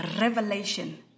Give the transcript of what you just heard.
revelation